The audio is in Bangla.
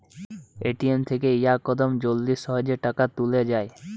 এ.টি.এম থেকে ইয়াকদম জলদি সহজে টাকা তুলে যায়